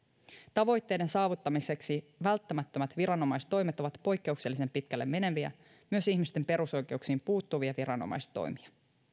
tavoitteiden saavuttamiseksi välttämättömät viranomaistoimet ovat poikkeuksellisen pitkälle meneviä myös ihmisten perusoikeuksiin puuttuvia viranomaistoimia